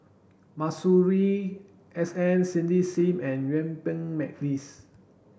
Masuri S N Cindy Sim and Yuen Peng McNeice